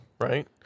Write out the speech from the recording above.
right